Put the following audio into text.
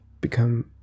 become